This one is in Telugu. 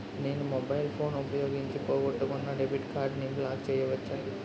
నేను మొబైల్ ఫోన్ ఉపయోగించి పోగొట్టుకున్న డెబిట్ కార్డ్ని బ్లాక్ చేయవచ్చా?